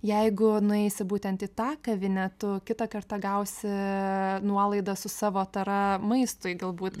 jeigu nueisi būtent į tą kavinę tu kitą kartą gausi nuolaidą su savo tara maistui galbūt